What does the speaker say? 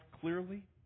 clearly